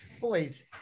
boys